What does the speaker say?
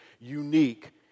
unique